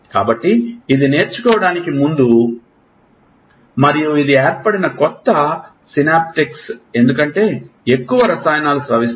కాబట్టి ఇది నేర్చుకోవడానికి ముందు మరియు ఇది ఏర్పడిన కొత్త సినాప్టిక్స్ ఎందుకంటే ఎక్కువ రసాయనాలు స్రవిస్తాయి